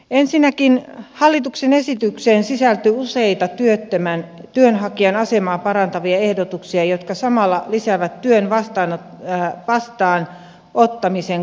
ensinnäkin hallituksen esitykseen sisältyy useita työttömän työnhakijan asemaa parantavia ehdotuksia jotka samalla lisäävät työn vastaanottamisen kannusteita